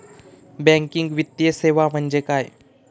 Banking वित्तीय सेवा म्हणजे काय?